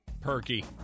Perky